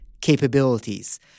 capabilities